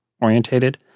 orientated